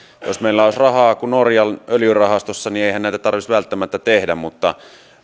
jos meillä olisi rahaa kuin norjan öljyrahastossa eihän näitä tarvitsisi välttämättä tehdä mutta